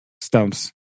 stumps